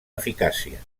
eficàcia